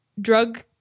drug